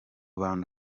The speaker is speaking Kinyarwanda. bantu